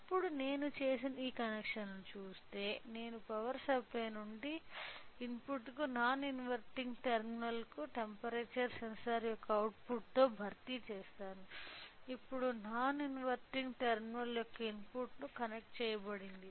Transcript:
ఇప్పుడు నేను చేసిన కనెక్షన్లను చూస్తే నేను పవర్ సప్లై నుండి ఇన్పుట్కు నాన్ ఇన్వెర్టింగ్ టెర్మినల్కు టెంపరేచర్ సెన్సార్ యొక్క అవుట్పుట్తో భర్తీ చేస్తాను ఇప్పుడు నాన్ ఇన్వెర్టింగ్ టెర్మినల్ యొక్క ఇన్పుట్కు కనెక్ట్ చేయబడింది